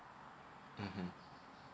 mmhmm